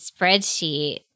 spreadsheet